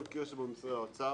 לתקנות.